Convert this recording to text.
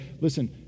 listen